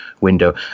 window